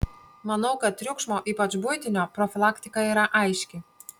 manau kad triukšmo ypač buitinio profilaktika yra aiški